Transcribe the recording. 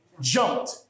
jumped